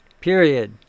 period